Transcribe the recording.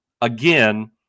again